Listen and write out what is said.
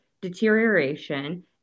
deterioration